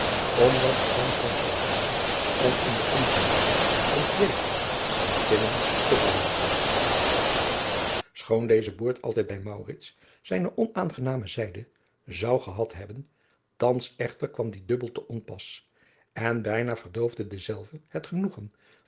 omdat hij dan kans loopen zou om in de ongenade van twee santinnen te vallen schoon deze boert altijd bij maurits zijne onaangename zijde zou gehad hebben thans echter kwam die dubbel te onpas en bijna verdoofde dezelve het genoegen